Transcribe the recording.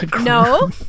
No